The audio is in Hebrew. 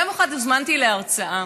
יום אחד הוזמנתי להרצאה,